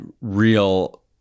real